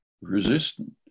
Resistant